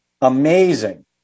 amazing